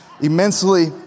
immensely